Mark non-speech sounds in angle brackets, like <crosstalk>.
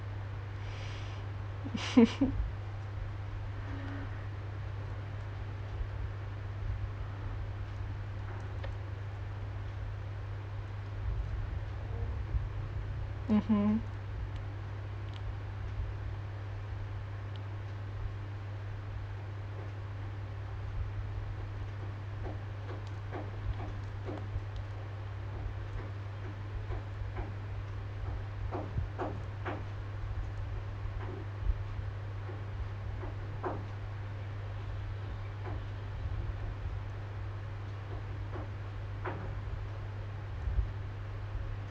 <laughs> mmhmm